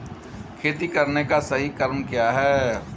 खेती करने का सही क्रम क्या है?